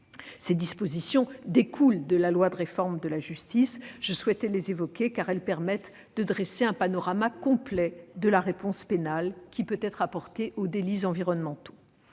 Ces dispositions découlent de la loi de réforme pour la justice. Je souhaitais les évoquer, car elles permettent de dresser un panorama complet de la réponse pénale qui peut être apportée aux délits environnementaux.